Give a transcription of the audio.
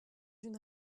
une